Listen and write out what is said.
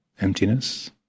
emptiness